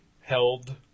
held